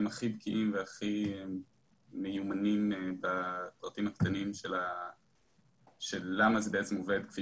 הם הכי בקיאים והכי מיומנים בפרטים הקטנים של למה זה בעצם עובד כפי